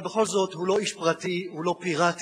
אבל בכל זאת, הוא לא איש פרטי, הוא לא פיראט.